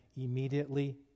immediately